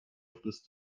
frisst